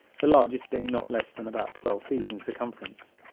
the largest being not less than about twelve feet in circumference.